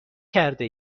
کرده